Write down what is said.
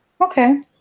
Okay